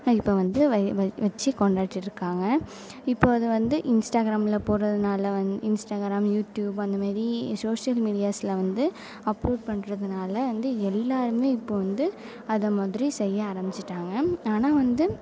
இப்போ வந்து வச்சு கொண்டாடிட்டு இருக்காங்க இப்போ அது வந்து இன்ஸ்டாகிராமில் போடுறதுனால வந்து இன்ஸ்டாகிராம் யூடியூப் அந்தமாரி சோசியல் மீடியாஸில் வந்து அப்லோட் பண்றதுனால் வந்து எல்லாருமே இப்போ வந்து அதை மாதிரி செய்ய ஆரம்மிச்சிட்டாங்க ஆனால் வந்து